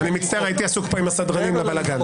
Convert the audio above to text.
אני מצטער, הייתי עסוק פה עם הסדרנים והבלגן.